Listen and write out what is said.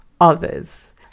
others